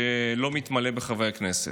שלא מתמלא בחברי כנסת.